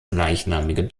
gleichnamige